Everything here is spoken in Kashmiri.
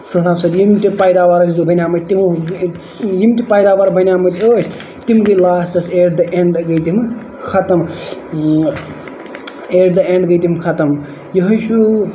سہلاب سۭتۍ گٔے یِم تہِ پیداوار ٲسۍ بَنیمٕتۍ تِمو یِم تہِ پیداوار بَنیمٕتۍ ٲسۍ تِم گے لاسٹَس ایٹ دَ اینڈ گے تَم ختٔم ایٹ دَ اینڈ گے تِم ختٔم یِہوے چھُ